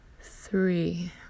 three